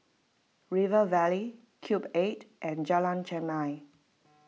River Valley Cube eight and Jalan Chermai